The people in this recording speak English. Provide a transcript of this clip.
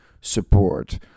support